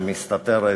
שמסתתרת